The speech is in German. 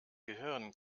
gehirn